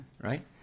right